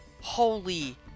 Holy